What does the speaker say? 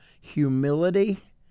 humility